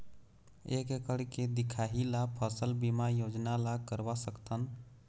एक एकड़ के दिखाही ला फसल बीमा योजना ला करवा सकथन?